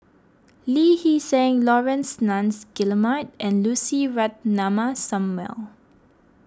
Lee Hee Seng Laurence Nunns Guillemard and Lucy Ratnammah Samuel